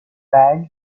bag